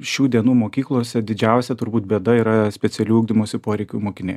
šių dienų mokyklose didžiausia turbūt bėda yra specialių ugdymosi poreikių mokiniai